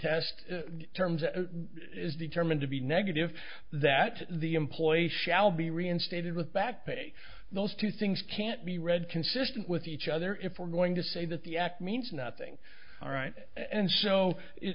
retest terms is determined to be negative that the employee shall be reinstated with back pay those two things can't be read consistent with each other if we're going to say that the act means nothing all right and so